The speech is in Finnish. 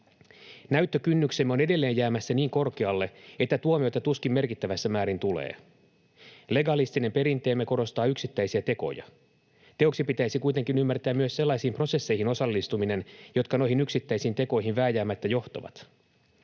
Näyttökynnyksemme on edelleen jäämässä niin korkealle, että tuomioita tuskin merkittävässä määrin tulee. Legalistinen perinteemme korostaa yksittäisiä tekoja. Teoksi pitäisi kuitenkin ymmärtää myös sellaisiin prosesseihin osallistuminen, jotka noihin yksittäisiin tekoihin vääjäämättä johtavat.